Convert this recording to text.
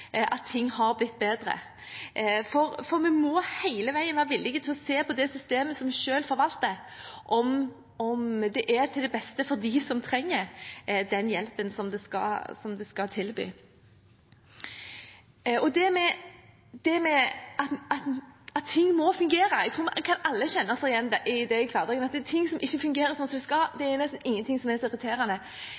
at ting har blitt bedre. For vi må hele veien være villige til å se på det systemet som vi selv forvalter, om det er til det beste for dem som trenger den hjelpen som det skal tilby. Når det gjelder det med at ting må fungere, tror jeg vi alle kan kjenne oss igjen i at det i hverdagen er ting som ikke fungerer sånn som det skal. Det er nesten ingenting som er så irriterende